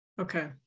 Okay